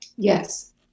Yes